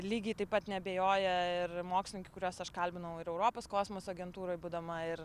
lygiai taip pat neabejoja ir mokslininkai kuriuos aš kalbinau ir europos kosmoso agentūroj būdama ir